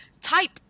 type